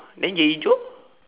then yayi joe